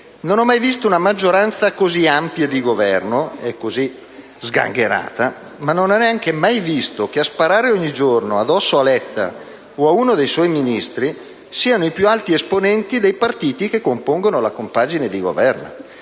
Non ho mai visto una maggioranza così ampia di Governo e così sgangherata, ma non ho neanche mai visto che a sparare ogni giorno addosso al Presidente del Consiglio o ad uno dei suoi Ministri siano i più alti esponenti dei partiti che compongono la compagine di Governo.